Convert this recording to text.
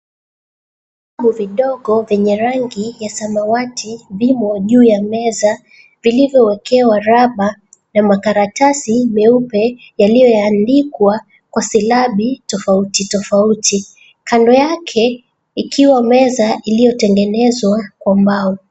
Vitabu vidogo vyenye rangi ya samawati vimo juu ya meza vilivyowekewa rubber na makaratasi meupe yaliyoandikwa kwa silabi tofauti tofauti. Kando yake ikiwa meza iliyotengenezwa kwa mbao.